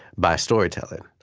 by storytelling.